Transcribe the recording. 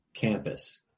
campus